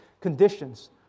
conditions